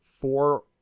four